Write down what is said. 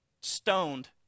stoned